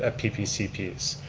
ah ppcps.